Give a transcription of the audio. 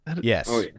Yes